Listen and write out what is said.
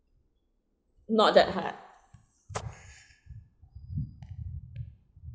not that hard